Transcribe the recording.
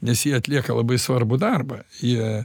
nes ji atlieka labai svarbų darbą jie